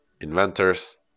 inventors